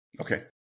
Okay